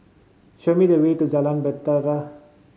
show me the way to Jalan Bahtera